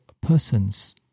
persons